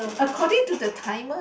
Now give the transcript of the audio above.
according to the timer